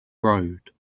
road